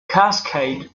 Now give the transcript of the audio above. cascade